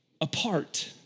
apart